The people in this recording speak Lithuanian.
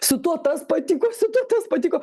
su tuo tas patiko su tuo tas patiko